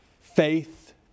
faith